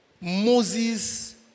Moses